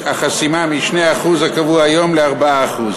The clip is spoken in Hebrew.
החסימה מ-2% הקבוע היום ל-4%.